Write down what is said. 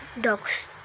Dogs